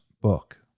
book